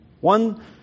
One